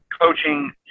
coaching